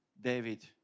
David